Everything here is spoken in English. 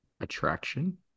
Attraction